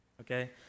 Okay